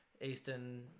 Eastern